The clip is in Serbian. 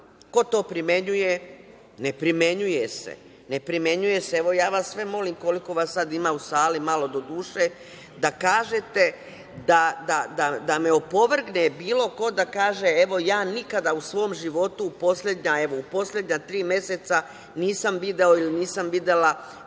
Ko to primenjuje? Ne primenjuje se. Evo, ja vas sve molim, koliko vas sada ima u sali, malo doduše, da kažete, da me opovrgne bilo ko i da kaže – ja nikada u svom životu, u poslednja tri meseca, nisam video ili nisam videla